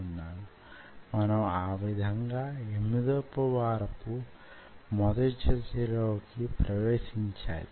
కాబట్టి ఇక్కడ ప్రధానంగా జరిగేది ఏమంటే కణాలను వాటి మ్యో ట్యూబ్ పై భాగంలో ప్రదర్శించడం